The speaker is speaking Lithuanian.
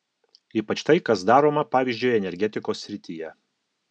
ypač tai kas daroma pavyzdžiui energetikos srityje